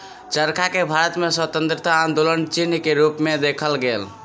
चरखा के भारत में स्वतंत्रता आन्दोलनक चिन्ह के रूप में देखल गेल